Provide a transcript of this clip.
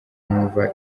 numva